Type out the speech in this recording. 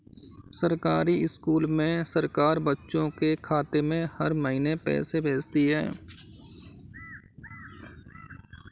सरकारी स्कूल में सरकार बच्चों के खाते में हर महीने पैसे भेजती है